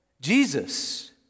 Jesus